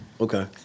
Okay